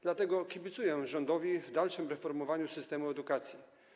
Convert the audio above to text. Dlatego kibicuję rządowi w dalszym reformowaniu systemu edukacji.